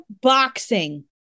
Boxing